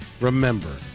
remember